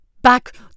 back